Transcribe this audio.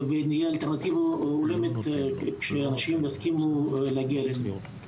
ונהיה אלטרנטיבה ראוייה שאנשים יסכימו להגיע אלינו.